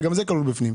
גם זה כלול בפנים.